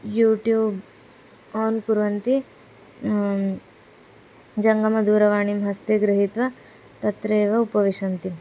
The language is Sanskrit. यूट्यूब् आन् कुर्वन्ति जङ्गमदूरवाणीं हस्ते गृहीत्वा तत्रैव उपविशन्ति